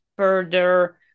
further